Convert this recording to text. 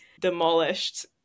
demolished